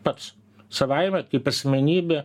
pats savaime kaip asmenybė